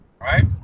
right